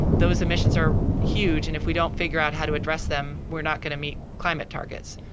those emissions are huge, and if we don't figure out how to address them, we're not going to meet climate targets.